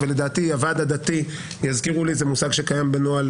והזכירו לי שהוועד הדתי זה מושג שקיים בנוהל